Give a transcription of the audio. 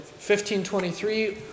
1523